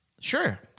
Sure